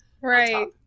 Right